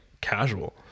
casual